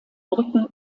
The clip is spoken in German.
brücken